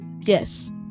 yes